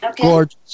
Gorgeous